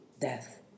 death